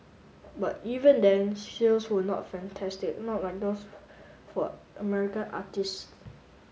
but even then sales were not fantastic not like those for American artistes